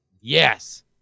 Yes